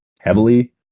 heavily